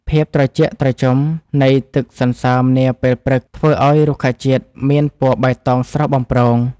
ភាពត្រជាក់ត្រជុំនៃទឹកសន្សើមនាពេលព្រឹក ធ្វើឱ្យរុក្ខជាតិមានពណ៌បៃតងស្រស់បំព្រង។